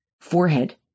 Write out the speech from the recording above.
forehead